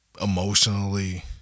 emotionally